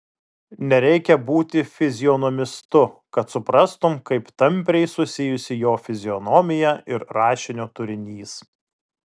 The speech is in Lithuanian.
nereikia būti fizionomistu kad suprastum kaip tampriai susijusi jo fizionomija ir rašinio turinys